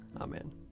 Amen